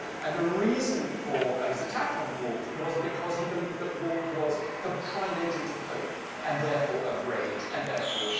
and the reason for his attack on walt was because he believed that walt was the prime agent of hope and, therefore, of rage and, therefore,